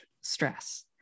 stress